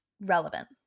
relevant